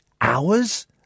hours